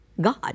God